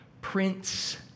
prince